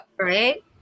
Right